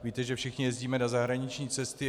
Víte, že všichni jezdíme na zahraniční cesty.